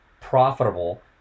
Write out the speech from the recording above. profitable